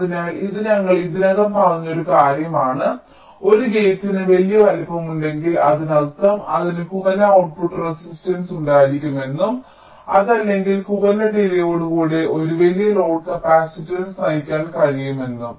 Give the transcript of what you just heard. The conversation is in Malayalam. അതിനാൽ ഇത് ഞങ്ങൾ ഇതിനകം പറഞ്ഞ ഒരു കാര്യമാണ് അതിനാൽ ഒരു ഗേറ്റിന് വലിയ വലുപ്പമുണ്ടെങ്കിൽ അതിനർത്ഥം അതിന് കുറഞ്ഞ ഔട്ട്പുട്ട് റെസിസ്റ്റൻസ് ഉണ്ടായിരിക്കുമെന്നും അതേ അല്ലെങ്കിൽ കുറഞ്ഞ ഡിലേയ്യോടുകൂടെ ഒരു വലിയ ലോഡ് കപ്പാസിറ്റൻസ് നയിക്കാൻ കഴിയുമെന്നും